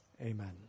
amen